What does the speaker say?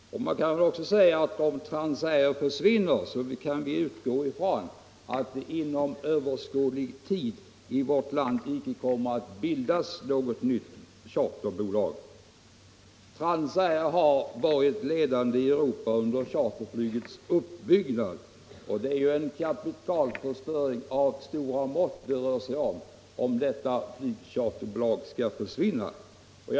Om Transair försvinner kan vi utgå från att det inte inom överskådlig tid kommer att bildas något nytt charterflygbolag i vårt land. Transair har varit ledande i Europa under charterflygets uppbyggnad. Här rör det sig om en kapitalförstöring av stora mått, om bolaget försvinner.